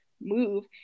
move